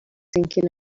thinking